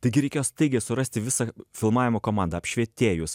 taigi reikėjo staigiai surasti visą filmavimo komandą apšvietėjus